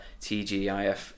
TGIF